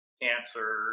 cancer